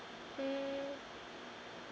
mm